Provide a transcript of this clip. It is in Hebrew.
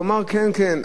הוא אמר: כן, כן.